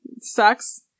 sucks